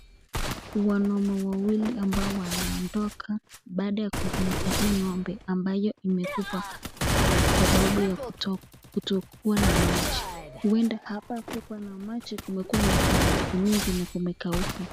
Wanaume wawili ambao wanaondoka baada ya kuleta hii ng'ombe ambayo imekufa sababu ya kutokuwa na maji, huenda hapa hakukuwa na maji ,kumekuwa na kiangazi mingi na kumekauka.